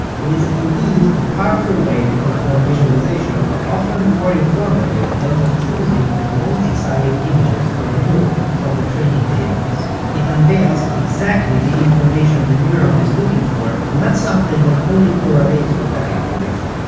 it is indeed a powerful way to perform visualization, often more informative than just choosing the most exciting images for a neuron from the training database. it unveils exactly the information the neuron is looking for, not something that only correlates with that information.